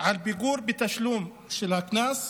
על פיגור בתשלום של הקנס,